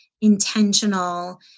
intentional